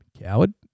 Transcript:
coward